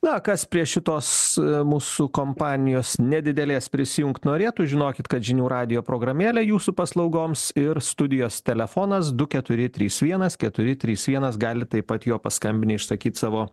na kas prie šitos mūsų kompanijos nedidelės prisijungt norėtų žinokit kad žinių radijo programėlė jūsų paslaugoms ir studijos telefonas du keturi trys vienas keturi trys vienas gali taip pat juo paskambinę išsakyt savo